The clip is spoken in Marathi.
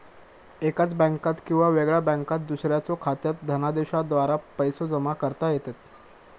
एकाच बँकात किंवा वेगळ्या बँकात दुसऱ्याच्यो खात्यात धनादेशाद्वारा पैसो जमा करता येतत